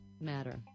matter